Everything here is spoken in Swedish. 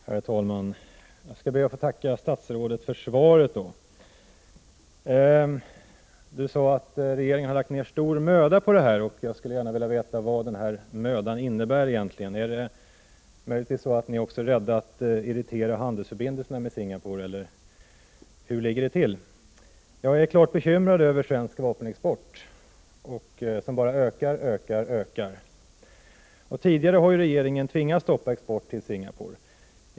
Herr talman! Jag skall be att få tacka statsrådet för svaret. Statsrådet sade att regeringen har lagt ner stor möda. Jag skulle gärna vilja veta vad denna möda innebär. Är det möjligtvis så att ni är rädda att irritera handelsförbindelserna med Singapore, eller hur ligger det till? Jag är klart bekymrad över svensk vapenexport som bara ökar och ökar. Tidigare har regeringen tvingats stoppa export till Singapore.